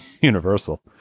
Universal